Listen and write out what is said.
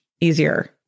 easier